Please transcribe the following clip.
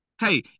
Hey